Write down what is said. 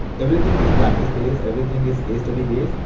everything is practice-based, everything is case study-based.